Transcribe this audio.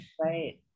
right